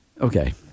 Okay